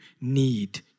need